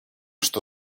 что